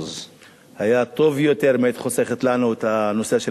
היה טוב יותר אם היית חוסכת לנו את הנושא של